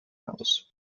aus